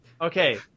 okay